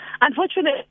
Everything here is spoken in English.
Unfortunately